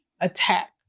attack